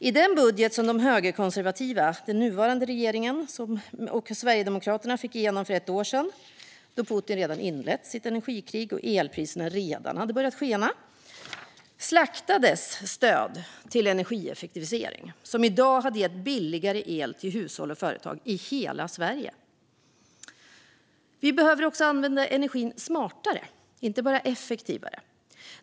I den budget som de högerkonservativa - de nuvarande regeringspartierna och Sverigedemokraterna - fick igenom för ett år sedan, då Putin redan inlett sitt energikrig och elpriserna redan börjat skena, slaktades stöd till energieffektivisering som i dag hade gett billigare el till hushåll och företag i hela Sverige. Vi behöver också använda energin smartare, inte bara effektivare.